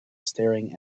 staring